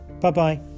bye-bye